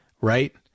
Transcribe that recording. right